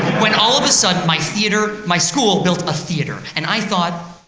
when all of a sudden my theater my school built a theater and i thought,